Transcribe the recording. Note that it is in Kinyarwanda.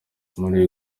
muri